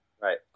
Right